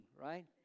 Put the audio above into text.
right